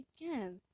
again